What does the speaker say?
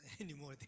anymore